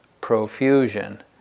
profusion